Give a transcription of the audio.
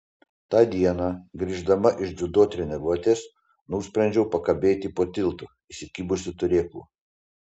tą dieną grįždama iš dziudo treniruotės nusprendžiau pakabėti po tiltu įsikibusi turėklų